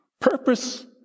Purpose